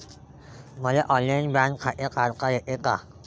मले online bank खाते काढता येते का?